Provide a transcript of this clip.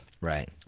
right